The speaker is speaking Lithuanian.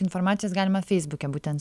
informacijos galima feisbuke būtent